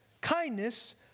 kindness